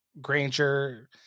Granger